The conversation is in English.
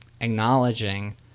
acknowledging